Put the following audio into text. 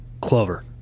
Clover